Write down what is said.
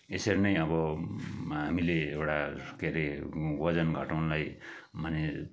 यसरी नै अब हामीले एउटा के रे ओजन घटाउनुलाई माने